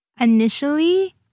Initially